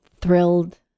thrilled